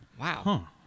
Wow